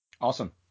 Awesome